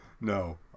No